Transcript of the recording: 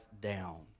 down